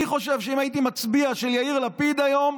אני חושב שאם הייתי מצביע של יאיר לפיד היום,